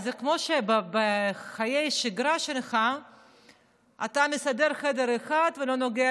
זה כמו שבחיי השגרה שלך אתה מסדר חדר אחד ולא נוגע